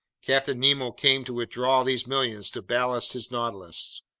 captain nemo came to withdraw these millions to ballast his nautilus.